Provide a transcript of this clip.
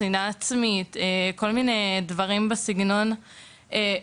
שנאה עצמית וכל מיני דברים בסגנון הזה,